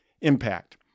Impact